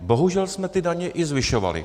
Bohužel jsme ty daně i zvyšovali.